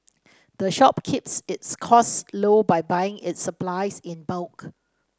the shop keeps its costs low by buying its supplies in bulk